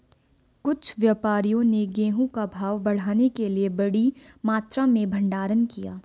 कुछ व्यापारियों ने गेहूं का भाव बढ़ाने के लिए बड़ी मात्रा में भंडारण किया